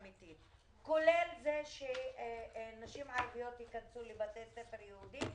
כולל זה שנשים ערביות ייכנסו לבתי ספר יהודיים.